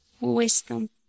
wisdom